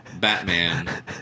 Batman